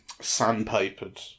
sandpapered